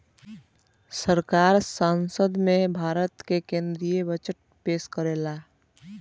सरकार संसद में भारत के केद्रीय बजट पेस करेला